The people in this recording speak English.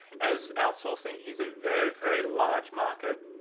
as outsourcing is a very, very large market,